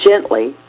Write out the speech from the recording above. gently